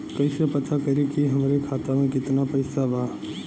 कइसे पता करि कि हमरे खाता मे कितना पैसा बा?